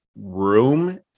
room